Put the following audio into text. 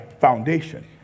foundation